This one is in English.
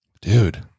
dude